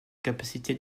capacités